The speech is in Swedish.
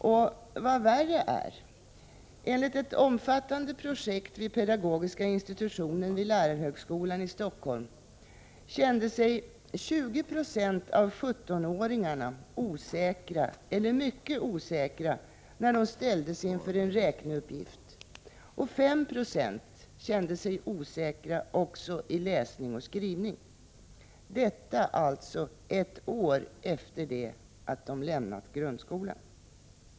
Och vad värre är: av ett omfattande projekt vid pedagogiska institutionen på lärarhögskolan i Stockholm framgår att 20 26 av 17 åringarna kände sig osäkra eller mycket osäkra när de ställdes inför en räkneuppgift. 5 20 kände sig osäkra också i läsning och skrivning, detta alltså ett år efter det att dessa elever lämnat grundskolan.